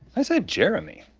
i said jeremy.